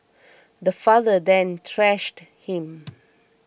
the father then thrashed him